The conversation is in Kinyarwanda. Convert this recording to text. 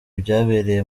byabereye